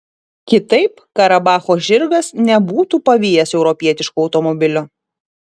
kitaip karabacho žirgas nebūtų pavijęs europietiško automobilio